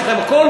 יש לכם הכול,